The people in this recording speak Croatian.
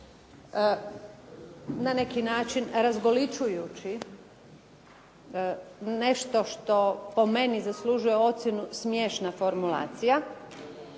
na neki način razgolićujući nešto što po meni zaslužuje ocjenu smiješna formulacija